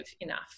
enough